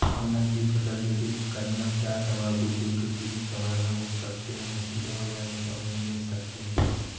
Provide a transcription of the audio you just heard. हम नगदी फसल जैसे गन्ना चाय तंबाकू जो किसी भी समय में हो सकते हैं उन्हें सीधा बाजार में क्यो नहीं बेच सकते हैं?